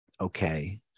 okay